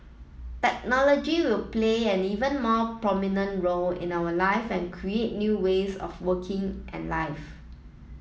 technology will play an even more prominent role in our life and create new ways of working and life